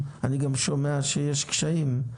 אני גם שומע שיש קשיים,